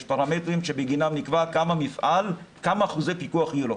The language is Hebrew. יש פרמטרים בגינם נקבע כמה אחוזי פיקוח יהיו למפעל.